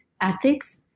ethics